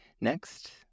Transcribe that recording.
Next